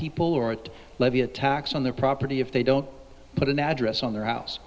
people or levy a tax on their property if they don't put an address on their house